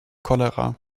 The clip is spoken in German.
cholera